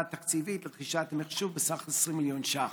תקציבית לרכישת המחשוב בסך 20 מיליון ש"ח?